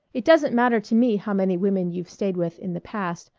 it doesn't matter to me how many women you've stayed with in the past,